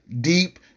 deep